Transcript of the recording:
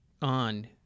On